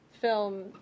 film